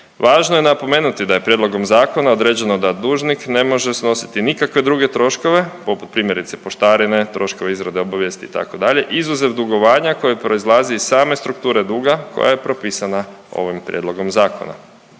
Važno je napomenuti da je prijedlogom zakona određeno da dužnik ne može snositi nikakve druge troškove poput primjerice poštarine, troškove izrade obavijesti itd., izuzev dugovanja koje proizlazi iz same strukture duga koja je propisana ovim prijedlogom zakona.